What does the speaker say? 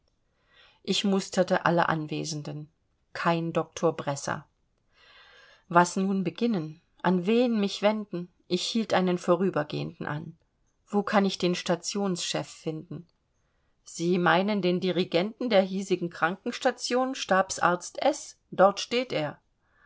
ich musterte alle anwesenden kein doktor bresser was nun beginnen an wen mich wenden ich hielt einen vorübergehenden an wo kann ich den stationschef finden sie meinen den dirigenten der hiesigen krankenstation stabsarzt s dort steht er